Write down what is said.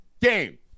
game